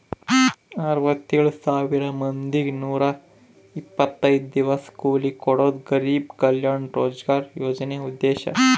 ಅರವತ್ತೆಳ್ ಸಾವಿರ ಮಂದಿಗೆ ನೂರ ಇಪ್ಪತ್ತೈದು ದಿವಸ ಕೂಲಿ ಕೊಡೋದು ಗರಿಬ್ ಕಲ್ಯಾಣ ರೋಜ್ಗರ್ ಯೋಜನೆ ಉದ್ದೇಶ